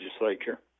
legislature